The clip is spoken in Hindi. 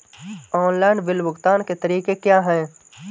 ऑनलाइन बिल भुगतान के तरीके क्या हैं?